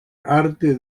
arte